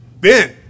Ben